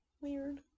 weird